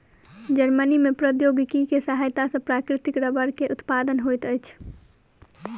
Germany में प्रौद्योगिकी के सहायता सॅ प्राकृतिक रबड़ के उत्पादन होइत अछि